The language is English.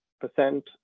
percent